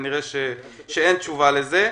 כנראה אין תשובה לזה.